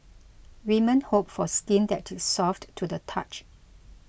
women hope for skin that is soft to the touch